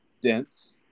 dense